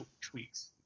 tweaks